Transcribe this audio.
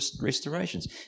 restorations